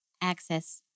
access